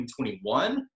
2021